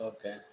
Okay